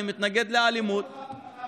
אני מתנגד לאלימות,